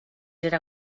era